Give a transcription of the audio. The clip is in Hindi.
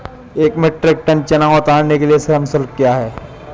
एक मीट्रिक टन चना उतारने के लिए श्रम शुल्क क्या है?